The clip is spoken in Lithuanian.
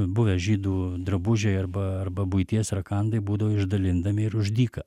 buvę žydų drabužiai arba arba buities rakandai būdavo išdalindami ir už dyką